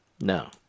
No